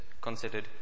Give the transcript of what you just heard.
considered